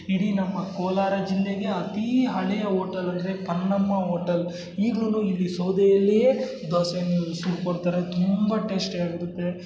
ಇಡೀ ನಮ್ಮ ಕೋಲಾರ ಜಿಲ್ಲೆಗೆ ಅತೀ ಹಳೆಯ ಓಟಲ್ ಅಂದರೆ ಪನ್ನಮ್ಮ ಓಟಲ್ ಈಗಲೂನು ಇಲ್ಲಿ ಸೌದೆಯಲ್ಲಿಯೇ ದೋಸೆಯನ್ನು ಸುಟ್ಟು ಕೊಡ್ತಾರೆ ತುಂಬ ಟೇಸ್ಟಿ ಆಗಿರುತ್ತೆ